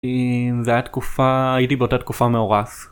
הייתי באותה תקופה מאורס